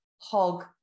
hog